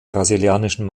brasilianischen